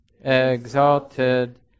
exalted